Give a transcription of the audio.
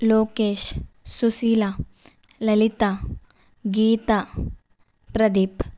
Lokesh Sushila Lalitha Geetha Pradeep